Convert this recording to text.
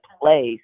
place